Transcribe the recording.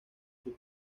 sus